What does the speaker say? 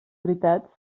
veritats